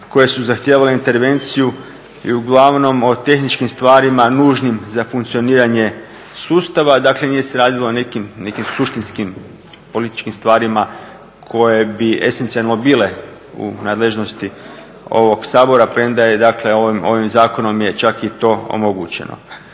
koje su zahtijevale intervenciju i uglavnom o tehničkim stvarima nužnim za funkcioniranje sustava, dakle nije se radilo o nekim suštinskim političkim stvarima koje bi esencijalno bile u nadležnosti ovog Sabora, premda je dakle ovim zakonom je čak i to omogućeno.